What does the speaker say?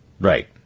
Right